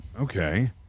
Okay